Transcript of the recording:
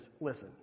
Listen